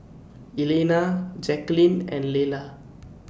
Elaina Jacquelyn and Lella